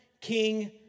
King